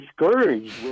discouraged